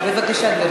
בבקשה.